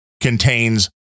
contains